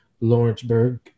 Lawrenceburg